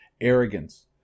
arrogance